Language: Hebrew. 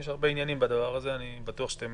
יש הרבה עניינים בדבר הזה, אני בטוח שאתם